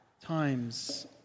times